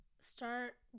start